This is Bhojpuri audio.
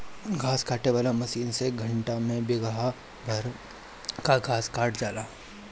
घास काटे वाला मशीन से घंटा में बिगहा भर कअ घास कटा जाला